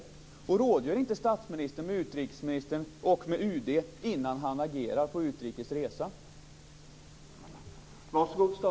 För det andra: Rådgör inte statsministern med utrikesministern och med UD innan han agerar på utrikes resa?